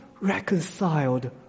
reconciled